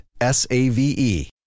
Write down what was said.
S-A-V-E